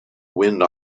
wind